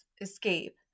escape